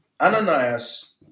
Ananias